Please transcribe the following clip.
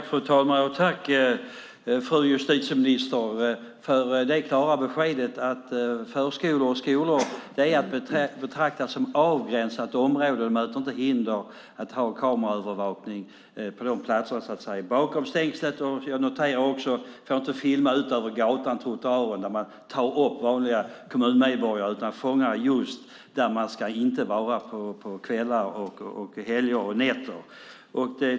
Fru talman! Tack, fru justitieminister, för det klara beskedet att förskolor och skolor är att betrakta som avgränsat område och att det inte möter hinder att ha kameraövervakning på de platserna bakom stängslet. Jag noterar också att man inte får filma ut mot gatan och trottoaren där man tar upp vanliga kommunmedborgare. Det handlar om att fånga just de ställen där människor inte ska vara på kvällar, helger och nätter.